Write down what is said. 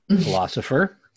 philosopher